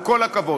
עם כל הכבוד,